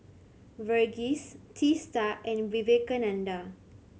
Verghese Teesta and Vivekananda